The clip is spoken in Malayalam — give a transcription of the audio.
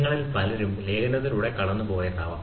നിങ്ങളിൽ പലരും ലേഖനത്തിലൂടെ കടന്നുപോയതാകാം